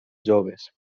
joves